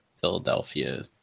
Philadelphia